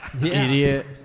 Idiot